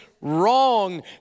wrong